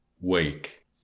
Wake